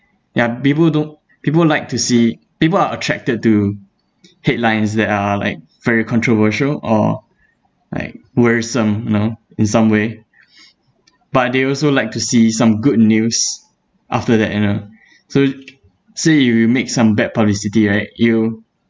ya people don't people like to see people are attracted to headlines that are like very controversial or like worrisome you know in some way but they also like to see some good news after the after that you know so say if we make some bad publicity right it'll